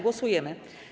Głosujemy.